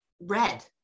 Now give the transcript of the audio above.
red